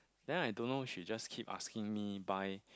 then I don't know she just keep asking me buy